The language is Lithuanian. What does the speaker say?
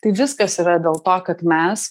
tai viskas yra dėl to kad mes